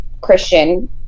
Christian